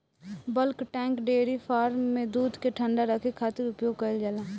bulk tank dairy farm में दूध के ठंडा रखे खातिर उपयोग कईल जाला